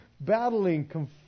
battling